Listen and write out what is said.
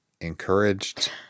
encouraged